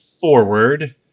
forward